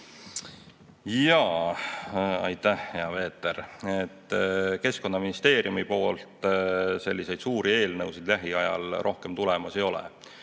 Aitäh, hea Peeter! Keskkonnaministeeriumist selliseid suuri eelnõusid lähiajal rohkem tulemas ei ole.